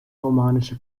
romanische